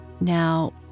Now